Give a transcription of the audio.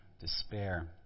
despair